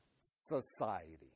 society